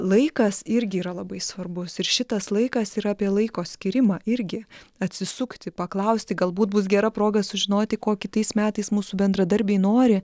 laikas irgi yra labai svarbus ir šitas laikas yra apie laiko skyrimą irgi atsisukti paklausti galbūt bus gera proga sužinoti ko kitais metais mūsų bendradarbiai nori